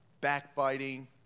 backbiting